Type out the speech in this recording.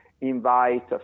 invite